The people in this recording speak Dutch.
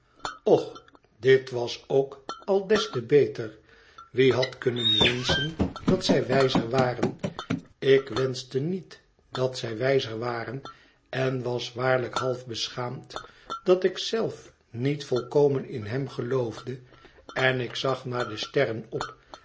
och dit was ook al des te beter wie had kunnen wenschen dat zij wijzer waren ik wenschte niet dat zij wijzer waren en was waarlijk half beschaamd dat ik zélf niet volkomen in hem geloofde en ik zag naar de sterren op